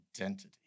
identity